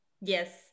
Yes